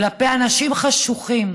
כלפי אנשים חשוכים